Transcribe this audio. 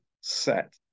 set